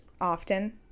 often